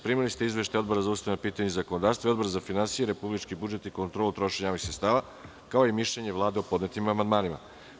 Primili ste izveštaj Odbora za ustavna pitanja i zakonodavstvo i Odbor za finansije, republički budžet i kontrolu trošenja javnih sredstava, kao i Mišljenje Vlade o podnetim amandmanima.